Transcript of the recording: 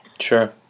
sure